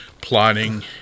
plotting